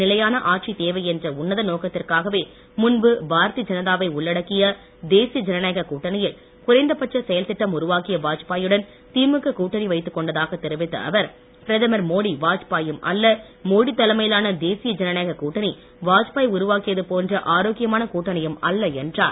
நிலையான ஆட்சி தேவை என்ற உன்னத நோக்கத்திற்காகவே முன்பு பாரதீய ஜனதாவை உள்ளடக்கிய தேசிய ஜனநாயக கூட்டணியில் குறைந்தபட்ச செயல் திட்டம் உருவாக்கிய வாஜ்பாயுடன் திமுக கூட்டணி வைத்து கொண்டதாக தெரிவித்த அவர் பிரதமர் மோடி வாஜ்பாயும் அல்ல மோடி தலைமையிலான தேசிய ஜனநாயக ஆரோக்கியமான கூட்டணியும் அல்ல என்றார்